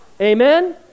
Amen